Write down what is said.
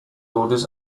orders